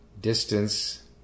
distance